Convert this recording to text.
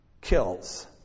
kills